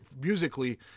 musically